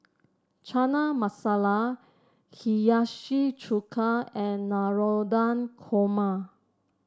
Chana Masala Hiyashi Chuka and Navratan Korma